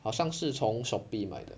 好像是从 shopee 买的